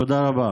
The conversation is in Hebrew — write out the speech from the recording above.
תודה רבה.